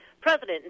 president